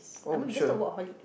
I mean we just talk about